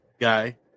guy